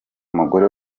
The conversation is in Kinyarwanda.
mugore